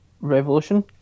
Revolution